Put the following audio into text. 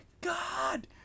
god